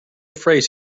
phrase